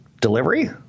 delivery